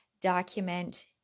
document